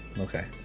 Okay